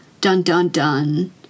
Dun-dun-dun